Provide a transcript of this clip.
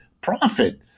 profit